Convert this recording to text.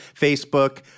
Facebook